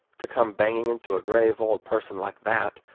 to come banging into a grave old person like that,